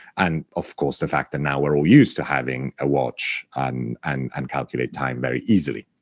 and, of course, the fact that now we're all used to having a watch and and calculate time very easily.